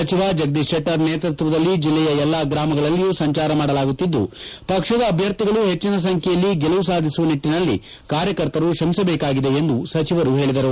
ಸಚಿವ ಜಗದೀಶ್ ಶೆಟ್ಟರ್ ನೇತೃತ್ವದಲ್ಲಿ ಜಿಲ್ಲೆಯ ಎಲ್ಲಾ ಗ್ರಾಮಗಳಲ್ಲಿಯೂ ಸಂಚಾರ ಮಾಡಲಾಗುತ್ತಿದ್ದು ಪಕ್ಷದ ಅಭ್ಯರ್ಥಿಗಳು ಹೆಚ್ಚಿನ ಸಂಖ್ಯೆಯಲ್ಲಿ ಗೆಲುವು ಸಾಧಿಸುವ ನಿಟ್ಟಿನಲ್ಲಿ ಕಾರ್ಯಕರ್ತರು ಶ್ರಮಿಸಬೇಕಾಗಿದೆ ಎಂದು ಸಚಿವರು ಹೇಳಿದರು